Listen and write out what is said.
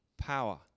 power